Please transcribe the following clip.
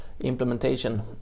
implementation